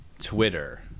twitter